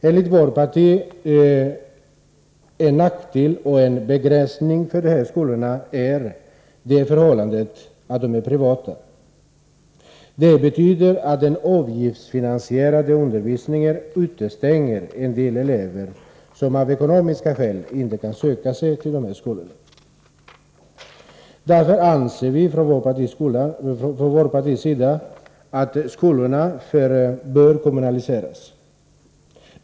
Enligt vårt partis sätt att se är en nackdel och begränsning för dessa skolor att de är privata. Det betyder att den avgiftsfinansierade undervisningen utestänger en del elever som av ekonomiska skäl inte kan söka sig till de här skolorna. Därför anser vi ifrån vårt partis sida att skolorna bör kommunaliseras.